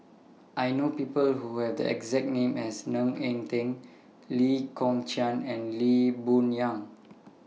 I know People Who Have The exact name as Ng Eng Teng Lee Kong Chian and Lee Boon Yang